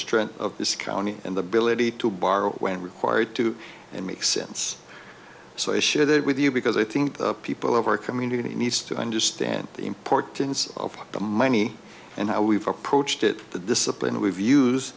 strength of this county and the billet he to borrow when required to make sense so i share that with you because i think the people of our community needs to understand the importance of the money and how we've approached it the discipline we've use